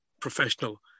professional